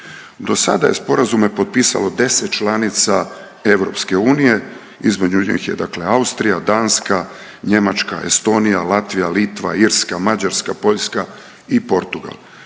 Do sada je sporazume potpisalo 10 članica EU između njih je Austrija, Danska, Njemačka, Estonija, Latvija, Litva, Irska, Mađarska, Poljska i Portugal.